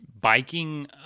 biking